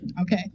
Okay